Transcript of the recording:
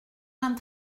vingt